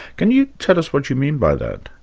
can you tell us what you mean by that?